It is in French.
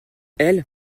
elles